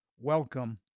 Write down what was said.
welcome